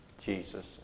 Jesus